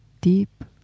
deep